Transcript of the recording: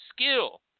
skill